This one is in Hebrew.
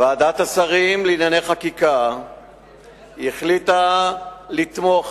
ועדת השרים לענייני חקיקה החליטה לתמוך